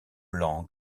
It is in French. blancs